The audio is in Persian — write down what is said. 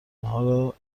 حالا